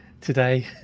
today